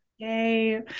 Yay